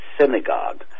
synagogue